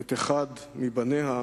את אחד מבניה,